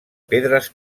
pedres